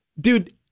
Dude